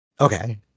Okay